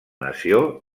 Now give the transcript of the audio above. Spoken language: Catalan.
nació